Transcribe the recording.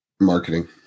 Marketing